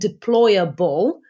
deployable